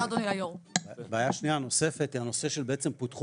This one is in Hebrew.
הבעיה השנייה הנוספת היא שבעצם פותחו